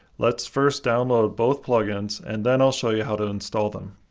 let's first download both plugins, and then i'll show you how to install them.